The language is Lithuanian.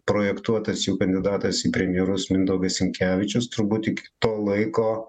projektuotas jų kandidatas į premjerus mindaugas sinkevičius turbūt tik to laiko